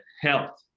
health